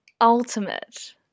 ultimate